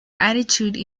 attitudes